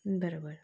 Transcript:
बरं बरं